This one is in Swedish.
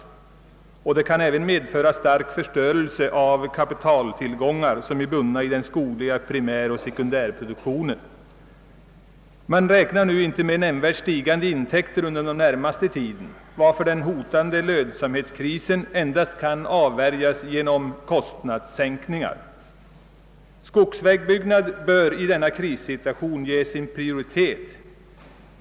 Dålig konkurrenskraft kan även medföra stark förstörelse av de kapitaltillgångar som är bundna i den skogliga primäroch sekundärproduktionen. Man räknar inte med nämnvärt stigande intäkter under den närmaste tiden, varför den hotande lönsamhetskrisen endast kan avvärjas genom kostnadssänkningar. Skogsvägbyggnad bör i denna krissituation ges prioritet.